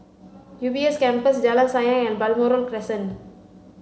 U B S Campus Jalan Sayang and Balmoral Crescent